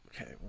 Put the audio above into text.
Okay